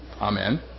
Amen